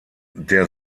der